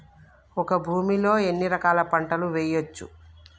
ఒక భూమి లో ఎన్ని రకాల పంటలు వేయచ్చు?